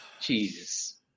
Jesus